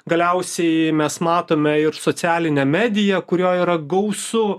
galiausiai mes matome ir socialinę medija kurioj yra gausu